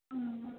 ओ